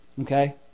Okay